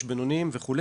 בינוניים וכו'.